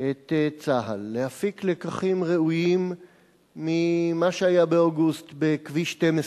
את צה"ל להפיק לקחים ראויים ממה שהיה באוגוסט בכביש 12,